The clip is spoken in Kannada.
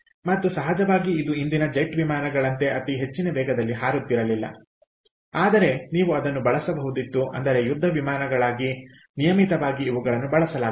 ಮತ್ತು ಸಹಜವಾಗಿ ಇದು ಇಂದಿನ ಜೆಟ್ ವಿಮಾನಗಳಂತೆ ಅತಿ ಹೆಚ್ಚಿನ ವೇಗದಲ್ಲಿ ಹಾರುತ್ತಿರಲಿಲ್ಲ ಆದರೆ ನೀವು ಅದನ್ನು ಬಳಸಬಹುದಿತ್ತು ಅಂದರೆ ಯುದ್ಧ ವಿಮಾನಗಳಾಗಿ ನಿಯಮಿತವಾಗಿ ಇವುಗಳನ್ನು ಬಳಸಲಾಗುತ್ತಿತ್ತು